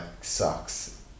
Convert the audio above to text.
sucks